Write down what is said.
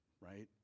right